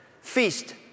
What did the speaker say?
feast